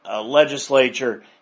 legislature